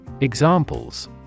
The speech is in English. Examples